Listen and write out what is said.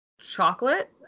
Chocolate